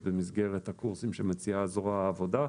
במסגרת הקורסים שמציעה זרוע העבודה.